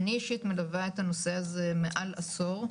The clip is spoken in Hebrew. אני אישית מלווה את הנושא הזה מעל עשור,